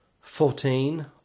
fourteen